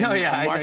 yeah, yeah.